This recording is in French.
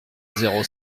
zéro